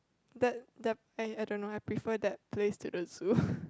the the I I don't know I prefer that place to the zoo